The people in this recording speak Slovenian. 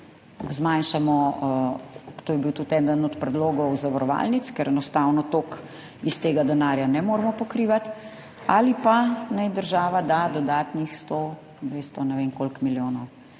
pravic, to je bil tudi eden od predlogov zavarovalnic, ker enostavno toliko iz tega denarja ne moremo pokrivati, ali pa naj država da dodatnih 100, 200, ne vem koliko milijonov.